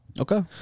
Okay